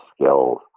skills